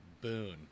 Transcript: Boone